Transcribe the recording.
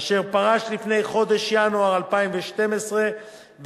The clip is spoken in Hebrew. אשר פרש לפני חודש ינואר 2012 וערב